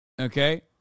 okay